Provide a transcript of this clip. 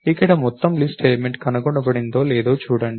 ఇక్కడ మొత్తం list element కనుగొనబడిందో లేదో చూడండి